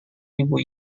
ribu